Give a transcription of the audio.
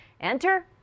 Enter